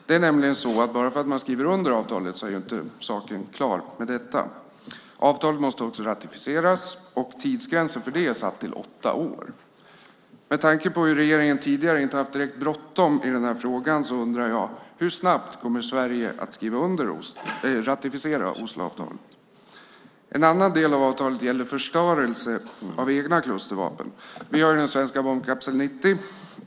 Det är nämligen så att bara för att man skriver under avtalet är saken inte klar med detta. Avtalet måste också ratificeras, och tidsgränsen för det är satt till 8 år. Med tanke på att regeringen tidigare inte haft direkt bråttom med den här frågan undrar jag: Hur snabbt kommer Sverige att ratificera Osloavtalet? En annan del av avtalet gäller förstörelse av egna klustervapen. Vi har den svenska bombkapsel 90.